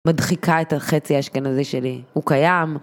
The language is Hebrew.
מדחיקה את החצי האשכנזי שלי, הוא קיים.